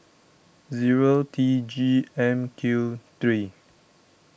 zero T G M Q three